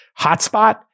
hotspot